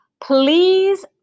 please